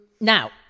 Now